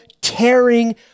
tearing